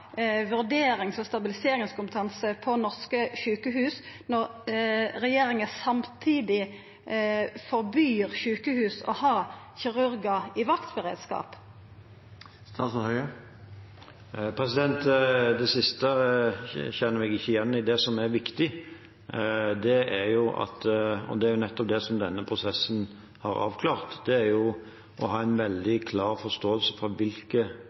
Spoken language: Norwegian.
vurderings- og stabiliseringskompetanse på norske sjukehus når regjeringa samtidig forbyr sjukehus å ha kirurgar i vaktberedskap? Det siste kjenner jeg meg ikke igjen i. Det som er viktig – og det er nettopp det denne prosessen har avklart – er å ha en veldig klar forståelse for